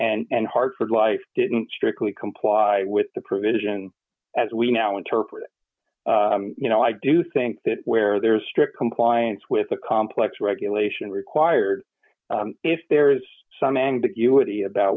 and hartford life didn't strictly comply with the provision as we now interpret you know i do think that where there is strict compliance with the complex regulation required if there's some ambiguity about